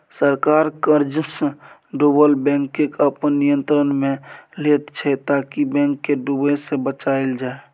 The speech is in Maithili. सरकार कर्जसँ डुबल बैंककेँ अपन नियंत्रणमे लैत छै ताकि बैंक केँ डुबय सँ बचाएल जाइ